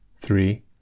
Three